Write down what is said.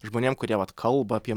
žmonėm kurie vat kalba apie